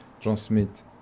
transmit